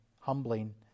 humbling